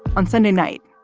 on sunday night,